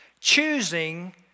choosing